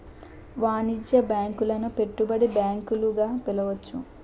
వాణిజ్య బ్యాంకులను పెట్టుబడి బ్యాంకులు గా పిలవచ్చు